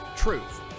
truth